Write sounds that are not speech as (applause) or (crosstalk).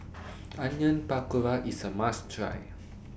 (noise) Onion Pakora IS A must Try